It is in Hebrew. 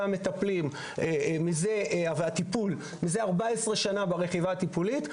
המטפלים והטיפול מזה 14 שנים ברכיבה הטיפולית,